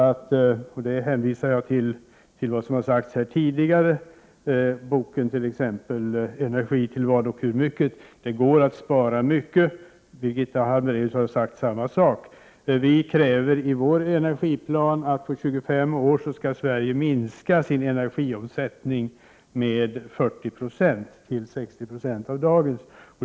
Jag hänvisar till vad som har sagts här tidigare, t.ex. när det gäller boken Energi — till vad och hur mycket? Det går att spara mycket. Birgitta Hambraeus har sagt samma sak. Vi kräver i vår energiplan att Sverige på 25 år skall minska sin energiomsättning med 40 96, till 60 90 av dagens.